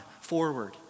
forward